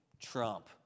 Trump